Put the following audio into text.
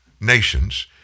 nations